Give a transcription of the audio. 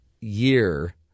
year